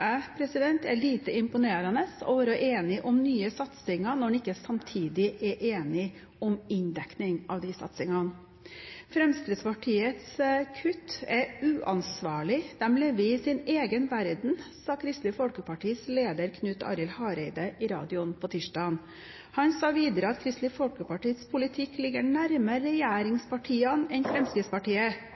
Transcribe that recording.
Jeg synes det er lite imponerende å være enig om nye satsinger når man ikke samtidig er enig om inndekningen av de satsingene. «Fremskrittspartiets kutt er uansvarlige, de lever i en egen verden», sa Kristelig Folkepartis leder Knut Arild Hareide i radioen på tirsdag. Han sa videre at Kristelig Folkepartis politikk ligger nærmere regjeringspartiene enn Fremskrittspartiet.